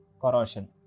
corrosion